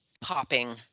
popping